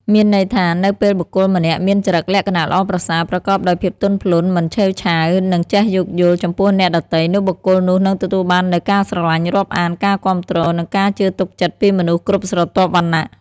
មានន័យថា នៅពេលបុគ្គលម្នាក់មានចរិតលក្ខណៈល្អប្រសើរ ប្រកបដោយភាពទន់ភ្លន់ មិនឆេវឆាវ និងចេះយោគយល់ចំពោះអ្នកដទៃ នោះបុគ្គលនោះនឹងទទួលបាននូវការស្រឡាញ់រាប់អាន ការគាំទ្រ និងការជឿទុកចិត្តពីមនុស្សគ្រប់ស្រទាប់វណ្ណៈ។